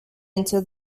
into